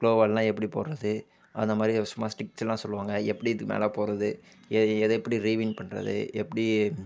gloo வால்னா எப்படி போடுறது அந்தமாதிரி சும்மா ஸ்டிக்ஸ் எல்லாம் சொல்லுவாங்க எப்படி இது மேலே போவது இதை எப்படி ரீவின் பண்ணுறது எப்படி